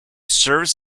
serves